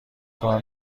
کار